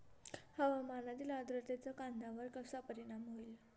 हवामानातील आर्द्रतेचा कांद्यावर कसा परिणाम होईल?